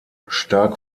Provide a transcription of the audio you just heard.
stark